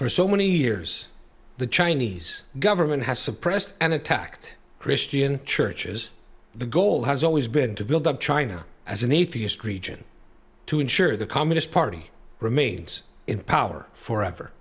for so many years the chinese government has suppressed and attacked christian churches the goal has always been to build up china as an atheist region to ensure the communist party remains in power forever